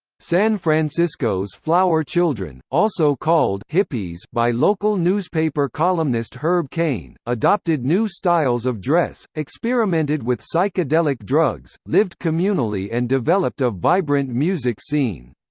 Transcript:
san francisco's flower children, also called hippies by local newspaper columnist herb caen, adopted new styles of dress, experimented with psychedelic drugs, lived communally and developed a vibrant music scene.